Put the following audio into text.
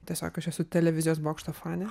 tiesiog aš esu televizijos bokšto fanė